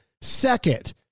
second